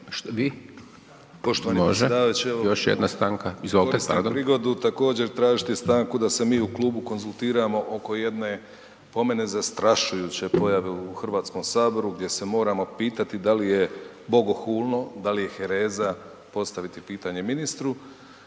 Vi? Može još jedna stanka. Izvolite, pardon.